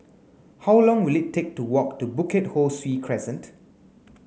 how long will it take to walk to Bukit Ho Swee Crescent